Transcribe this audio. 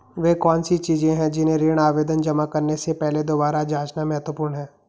वे कौन सी चीजें हैं जिन्हें ऋण आवेदन जमा करने से पहले दोबारा जांचना महत्वपूर्ण है?